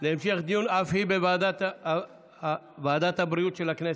להמשך דיון בוועדת הבריאות של הכנסת.